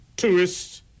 Tourists